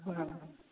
ਹਾਂ